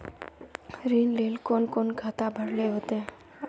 ऋण लेल कोन कोन खाता भरेले होते?